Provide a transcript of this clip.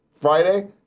Friday